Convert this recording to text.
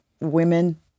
women